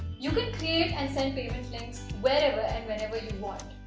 you can create and send payment links wherever and whenever you want.